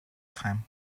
time